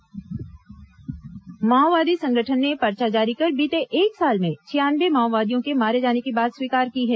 माओवादी पर्चा माओवादी संगठन ने पर्चा जारी कर बीते एक साल में छियानवे माओवादियों के मारे जाने की बात स्वीकार की है